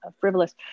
frivolous